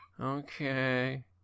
Okay